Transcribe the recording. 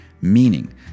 meaning